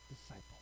disciple